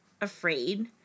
afraid